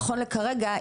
נכון לכרגע,